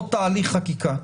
עוד תהליך חקיקה,